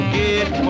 get